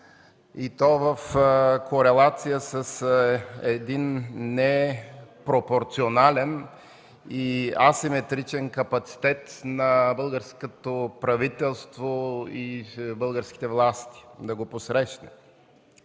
и то в корелация с един непропорционален и асиметричен капацитет на българското правителство и българските власти да го посрещнат.